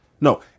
No